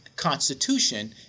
constitution